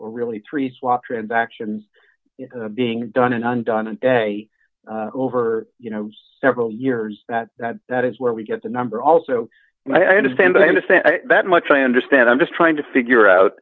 or really three swap transactions being done and done a day over you know several years that that is where we get the number also i understand i understand that much i understand i'm just trying to figure out